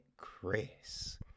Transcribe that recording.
Chris